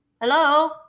hello